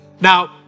Now